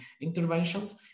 interventions